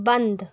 बंद